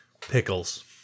pickles